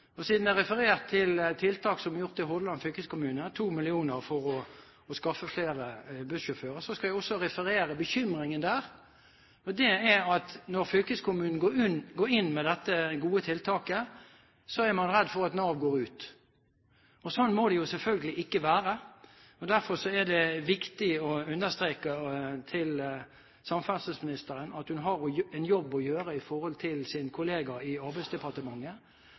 Siden det er referert til tiltak som er gjort i Hordaland fylkeskommune – 2 mill. kr for å skaffe flere bussjåfører – skal jeg også referere bekymringen der. Det er at når fylkeskommunen går inn med dette gode tiltaket, er man redd for at Nav går ut. Slik må det selvfølgelig ikke være. Derfor er det viktig å understreke overfor samferdselsministeren at hun har en jobb å gjøre i forhold til sin kollega i Arbeidsdepartementet.